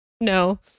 No